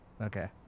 Okay